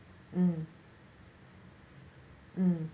mm mm